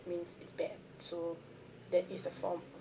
means it's bad so that is a form